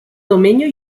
domenyo